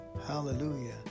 Hallelujah